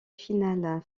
finale